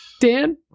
Dan